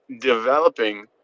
developing